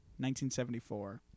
1974